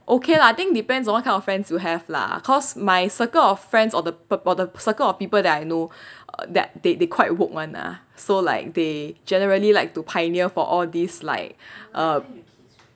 okay lah think depends on what kind of friends you have lah cause my circle of friends or the po~ or the circle of people that I know that th~ they quite woke [one] lah so like they generally like to pioneer for all these like err